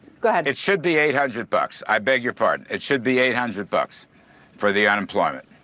go ahead. it should be eight hundred bucks. i beg your pardon. it should be eight hundred bucks for the unemployment.